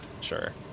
sure